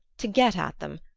to get at them,